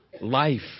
life